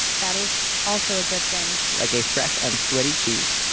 that is also a good thing. like a fresh and sweaty cheese